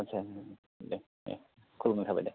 आथसा दे दे खुलुमनाय थाबाय दे